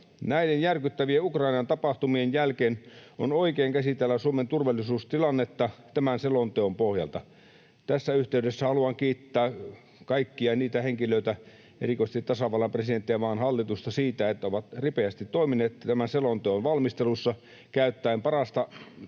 Näiden järkyttävien Ukrainan tapahtumien jälkeen on oikein käsitellä Suomen turvallisuustilannetta tämän selonteon pohjalta. Tässä yhteydessä haluan kiittää kaikkia niitä henkilöitä, erikoisesti tasavallan presidenttiä ja maan hallitusta, siitä, että ovat ripeästi toimineet tämän selonteon valmistelussa käyttäen parasta työvoimaa